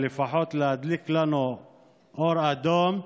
או לפחות להדליק לנו אור אדום,